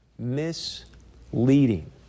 Misleading